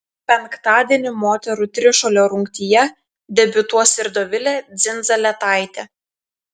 penktadienį moterų trišuolio rungtyje debiutuos ir dovilė dzindzaletaitė